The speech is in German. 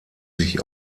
sich